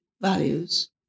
values